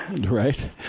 Right